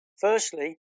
Firstly